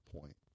point